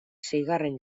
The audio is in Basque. seigarren